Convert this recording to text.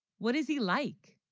what is he like?